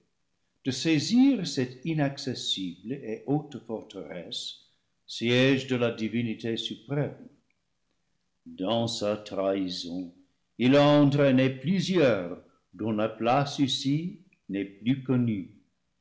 de saisir cette inaccessible et haute forteresse siége de la divinité suprême dans sa trahison il a entraîné plusieurs dont la place ici n'est plus connue